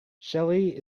shelly